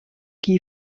key